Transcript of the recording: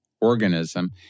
organism